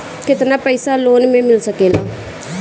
केतना पाइसा लोन में मिल सकेला?